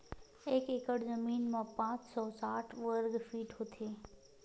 एक एकड़ जमीन मा पांच सौ साठ वर्ग फीट होथे